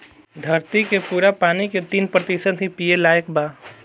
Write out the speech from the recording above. धरती के पूरा पानी के तीन प्रतिशत ही पिए लायक बा